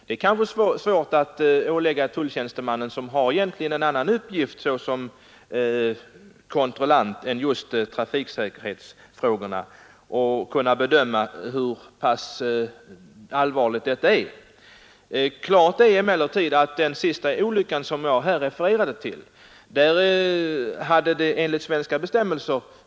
Det är kanske svårt att ålägga tulltjänstemannen att bedöma detta; han har ju egentligen en annan uppgift som kontrollant än att bedöma trafiksäkerheten. Jag redogjorde i mitt förra anförande för den senaste olyckan som har inträffat med ett utländskt fordon.